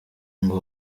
ngo